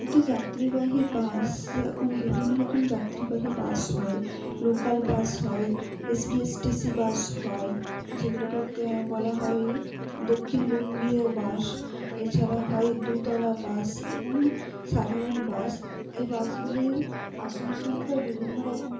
একটি যাত্রীবাহী বাস এখন বিভিন্ন রকম যাত্রীবাহী বাস হয় লোকাল বাস হয় S B S T C bus হয় যেগুলোকে বলা হয় দক্ষিণবঙ্গীয় বাস এছাড়া হয় দোতলা বাস এবং সাধারণ বাস এই বাসগুলির আসন সংখ্যা বিভিন্ন রকম হয়